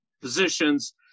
positions